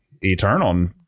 eternal